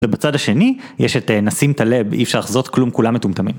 ובצד השני יש את נשעם את הלב אי אפשר לחזות כלום כולם מטומטמים.